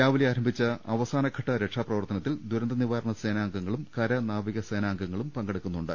രാവിലെ ആരംഭിച്ച അവസാന ഘട്ട രക്ഷാപ്രവർത്തനത്തിൽ ദുരന്ത നിവാരണ സേനാ അംഗങ്ങളും കര നാവിക സേനാ അംഗങ്ങളും പങ്കെടുക്കുന്നുണ്ട്